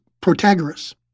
Protagoras